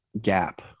gap